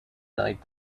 night